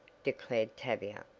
declared tavia,